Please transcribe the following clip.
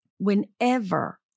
Whenever